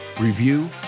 review